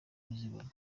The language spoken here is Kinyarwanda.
kuzibona